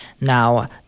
Now